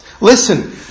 Listen